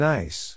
Nice